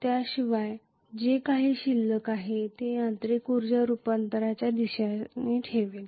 त्याशिवाय जे काही शिल्लक आहे ते यांत्रिक ऊर्जा रूपांतरणाच्या दिशेने जाईल